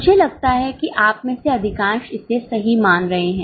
मुझे लगता है कि आप में से अधिकांश इसे सही मान रहे हैं